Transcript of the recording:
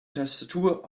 tastatur